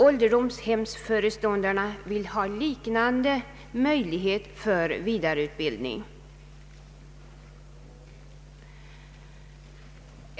Ålderdomshemsföreståndarna vill ha liknande möjlighet till vidareutbildning.